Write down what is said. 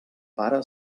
pare